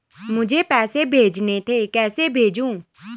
मुझे पैसे भेजने थे कैसे भेजूँ?